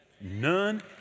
None